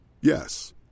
Yes